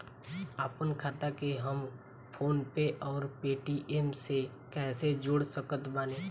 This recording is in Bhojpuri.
आपनखाता के हम फोनपे आउर पेटीएम से कैसे जोड़ सकत बानी?